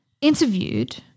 interviewed